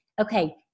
Okay